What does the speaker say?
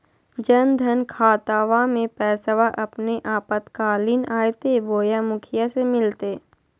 जन धन खाताबा में पैसबा अपने आपातकालीन आयते बोया मुखिया से मिलते?